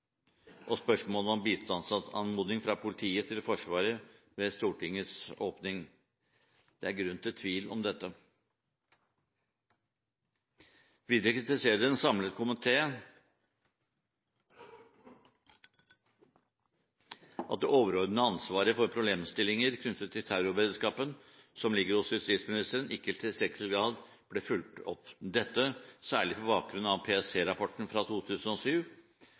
og spørsmålet om bistandsanmodning fra politiet til Forsvaret ved Stortingets åpning. Det er grunn til tvil om dette. Videre kritiserer en samlet komité at det overordnede ansvaret for problemstillinger knyttet til terrorberedskapen som ligger hos justisministeren, ikke i tilstrekkelig grad ble fulgt opp, dette på særlig bakgrunn av PST-rapporten fra 2007,